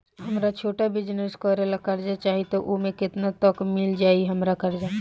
हमरा छोटा बिजनेस करे ला कर्जा चाहि त ओमे केतना तक मिल जायी हमरा कर्जा?